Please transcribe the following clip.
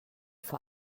vor